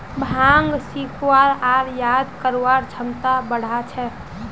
भांग सीखवार आर याद करवार क्षमता बढ़ा छे